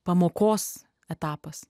pamokos etapas